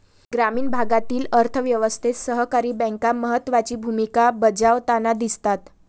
ग्रामीण भागातील अर्थ व्यवस्थेत सहकारी बँका महत्त्वाची भूमिका बजावताना दिसतात